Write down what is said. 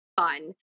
fun